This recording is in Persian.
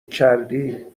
کردی